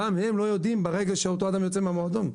גם הם לא יודעים ברגע שהאדם יצא מהמועדון.